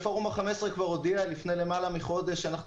זאת פעולה מאוד חשובה במיוחד לאלה שנשענים